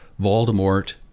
Voldemort